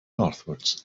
northwards